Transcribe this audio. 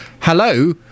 Hello